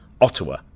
Ottawa